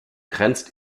grenzt